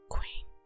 Queen